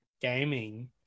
gaming